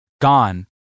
Gone